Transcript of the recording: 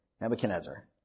Nebuchadnezzar